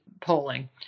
polling